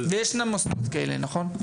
ישנן מוסדות כאלה, נכון?